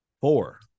Four